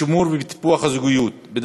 בשימור הזוגיות ובטיפוחה,